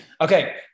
Okay